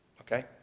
Okay